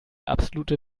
absolute